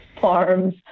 farms